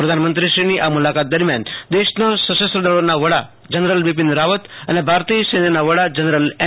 પ્રધાનમંત્રીશ્રીની આ મુલાકાત દરમિયાન દેશના સશસ્ત્ર દળોના વડા જનરલ બિપિન રાવત અને ભારતિય સૈન્યના વડા જનરલ એમ